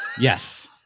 Yes